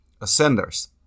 Ascenders